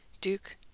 Duke